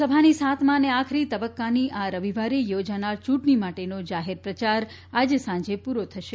લોકસભાની સાતમા અને આખરી તબક્કાની આ રવિવારે યોજાનારી ચૂંટણી માટેનો જાહેર પ્રચાર આજે સાંજે પૂરો થશે